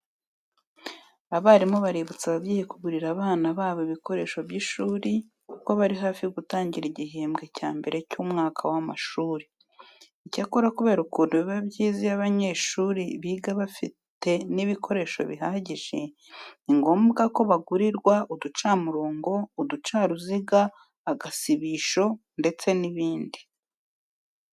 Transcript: Abarimu baributsa ababyeyi kugurira abana babo ibikoresho by'ishuri kuko bari hafi gutangira igihembwe cya mbere cy'umwaka w'amashuri. Icyakora kubera ukuntu biba byiza iyo abanyeshuri biga bafite n'ibikoresho bihagije ni ngombwa ko bagurirwa uducamurongo, uducaruziga, agasibisho ndetse n'ibindi.